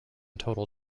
total